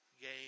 Game